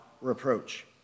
reproach